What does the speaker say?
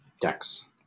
Decks